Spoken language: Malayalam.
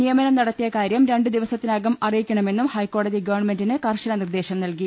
നിയമനം നടത്തിയകാര്യം രണ്ടുദിവസത്തിനകം അറിയിക്കണമെന്നും ഹൈക്കോടതി ഗവൺമെന്റിന് കർശന നിർദേശം നൽകി